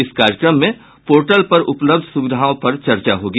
इस कार्यक्रम में पोर्टल पर उपलब्ध सुविधाओं पर चर्चा होगी